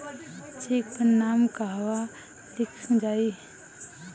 Check पर नाम कहवा लिखल जाइ?